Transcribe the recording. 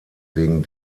wegen